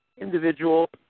individual